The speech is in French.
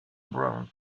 brown